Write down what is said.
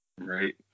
right